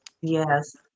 Yes